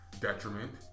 Detriment